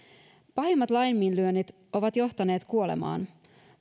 pahimmat laiminlyönnit ovat johtaneet kuolemaan